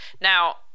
Now